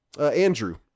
Andrew